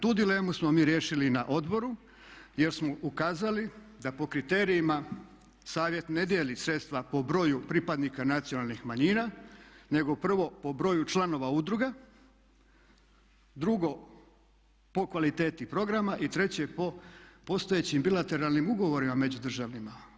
Tu dilemu smo mi riješili i na odboru jer smo ukazali da po kriterijima Savjet ne dijeli sredstva po broju pripadnika nacionalnih manjina nego prvo po broju članova udruga, drugo po kvaliteti programa i treće po postojećim bilateralnim ugovorima međudržavnima.